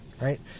Right